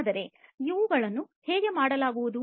ಆದರೆ ಇವುಗಳನ್ನು ಹೇಗೆ ಮಾಡಲಾಗುವುದು